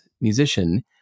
musician